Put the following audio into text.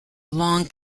long